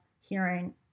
hearing